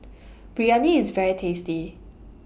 Biryani IS very tasty